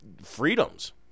freedoms